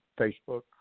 Facebook